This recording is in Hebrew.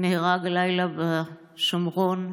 נהרג הלילה בשומרון.